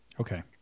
Okay